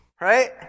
right